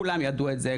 כולם ידעו על זה,